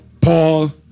Paul